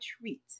treat